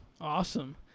Awesome